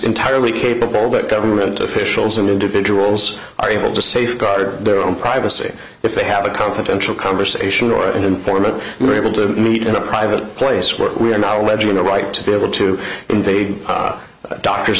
entirely capable but government officials and individuals are able to safeguard their own privacy if they have a confidential conversation or an informant were able to meet in a private place where we are now alleging the right to be able to invade doctor